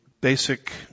basic